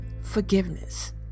forgiveness